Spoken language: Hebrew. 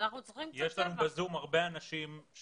יש הרבה אנשים בזום,